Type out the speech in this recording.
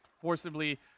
forcibly